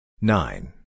nine